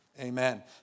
Amen